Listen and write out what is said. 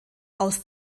aus